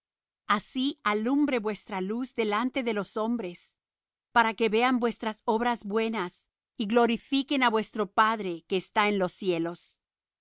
así alumbre vuestra luz delante de los hombres para que vean vuestras obras buenas y glorifiquen á vuestro padre que está en los cielos